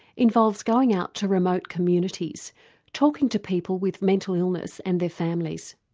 involves going out to remote communities talking to people with mental illness and their families.